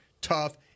tough